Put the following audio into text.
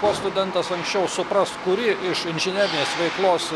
kuo studentas anksčiau supras kuri iš inžinerinės veiklos